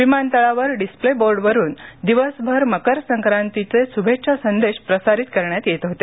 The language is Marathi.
विमातळावर डिस्प्ले बोर्डवरून दिवसभर मकर संक्रांतीचे शुभेच्छा संदेश प्रसारित करण्यात येत होते